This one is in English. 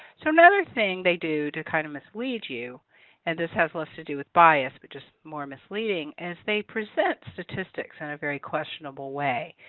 so another thing that they do to kind of mislead you and this has less to do with bias but just more misleading is they present stati stics in a very questionable way.